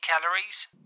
calories